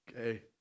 okay